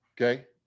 Okay